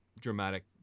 dramatic